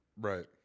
right